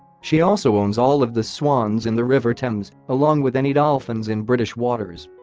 she also owns all of the swans in the river thames, along with any dolphins in british waters